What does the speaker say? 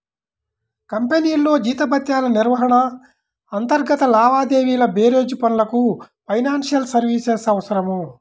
కంపెనీల్లో జీతభత్యాల నిర్వహణ, అంతర్గత లావాదేవీల బేరీజు పనులకు ఫైనాన్షియల్ సర్వీసెస్ అవసరం